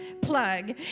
plug